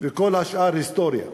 וכל השאר היסטוריה.